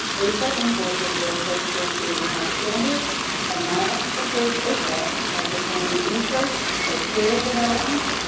osha enforces workplace safety and health standards and niosh supports osha by performing research, criteria development,